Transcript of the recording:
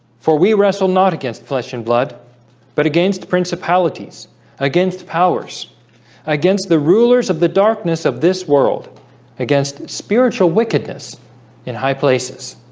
for we wrestle not against flesh and blood but against principalities against powers against the rulers of the darkness of this world against spiritual wickedness in high places